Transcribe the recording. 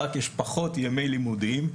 יש רק פחות ימי לימודים,